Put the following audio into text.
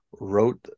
wrote